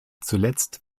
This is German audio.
zuletzt